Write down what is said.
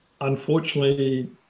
Unfortunately